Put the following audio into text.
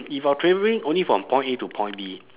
if I'm traveling only from point A to point B